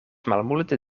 malmulte